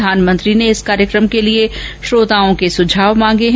प्रधानमंत्री ने इस कार्यक्रम के लिए श्रोताओं के सुझाव मांगे हैं